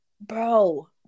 Bro